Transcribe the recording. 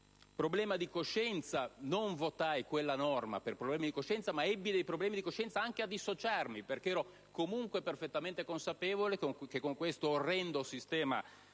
problema di coscienza; non votai quella norma per problemi di coscienza, ma ebbi problemi di coscienza anche a dissociarmi, perché ero comunque perfettamente consapevole che con questo orrendo sistema